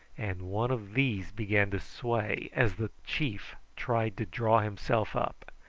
and one of these began to sway as the chief tried to draw himself up.